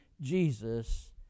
Jesus